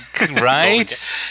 Right